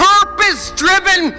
Purpose-driven